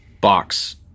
box